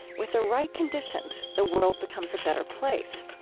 with the right conditions, the world becomes a better place.